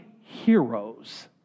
heroes